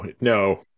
no